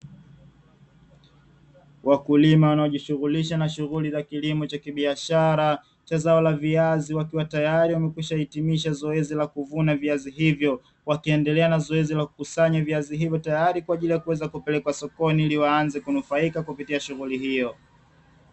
Wakulima wanaojishughulisha na shughuli za kilimo cha kibiashara cha zao la viazi wakiwa tayari wamekwisha hitimisha zoezi la kuvuna viazi hivyo, wakiendelea na zoezi la kukusanya viazi hivyo tayari kwa ajili ya kuweza kupelekwa sokoni ili waanze kunufaika kupitia shughuli hiyo.